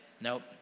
nope